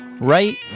right